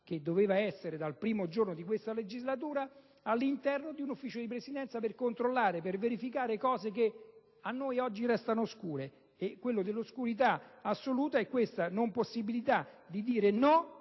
(che doveva esserci dal primo giorno di questa legislatura) all'interno del Consiglio di Presidenza per controllare e verificare circostanze che a noi oggi restano oscure. L'oscurità assoluta è questa impossibilità di dire no,